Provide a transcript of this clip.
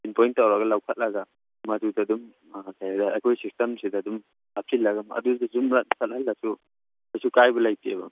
pin point ꯇꯧꯔꯒ ꯂꯧꯈꯠꯂꯒ ꯃꯗꯨꯗ ꯑꯗꯨꯝ ꯑꯩꯈꯣꯏ ꯁꯤꯁꯇꯦꯝꯁꯤꯗ ꯑꯗꯨꯝ ꯍꯥꯞꯆꯤꯜꯂꯒ ꯑꯗꯨꯗ ꯑꯗꯨꯝ ꯆꯠꯍꯜꯂꯁꯨ ꯀꯩꯁꯨ ꯀꯥꯏꯕ ꯂꯩꯇꯦꯕ